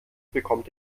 bekommt